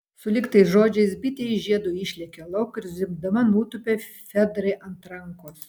sulig tais žodžiais bitė iš žiedo išlėkė lauk ir zvimbdama nutūpė fedrai ant rankos